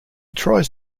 tries